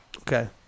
Okay